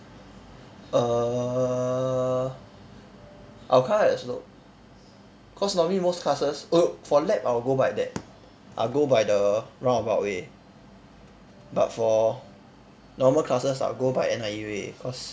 err I will climb up the slope cause normally most classes err for lab I will go by that I will go by the roundabout way but for normal classes I will go by N_I_E way cause